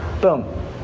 Boom